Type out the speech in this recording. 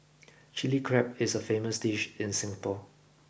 Chilli Crab is a famous dish in Singapore